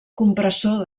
compressor